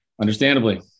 Understandably